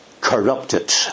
corrupted